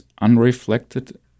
unreflected